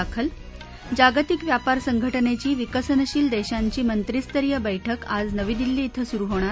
दाखल जागतिक व्यापर संघटनेची विकसनशील देशांची मंत्रीस्तरीय बैठक आज नवी दिल्ली कें सुरु होणार